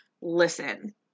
listen